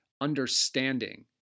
understanding